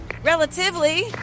Relatively